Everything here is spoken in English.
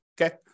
okay